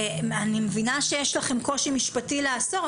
אני מבינה שיש לכם קושי משפטי לאסור,